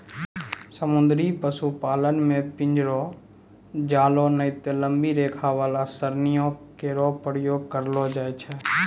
समुद्री पशुपालन म पिंजरो, जालों नै त लंबी रेखा वाला सरणियों केरो प्रयोग करलो जाय छै